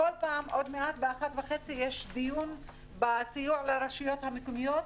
עוד מעט ב-13:30 יש דיון על הסיוע לרשויות המקומיות,